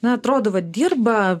na atrodo va dirba